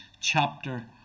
chapter